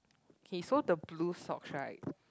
okay so the blue socks right